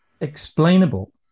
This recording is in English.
explainable